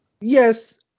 Yes